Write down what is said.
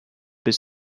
bus